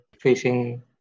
facing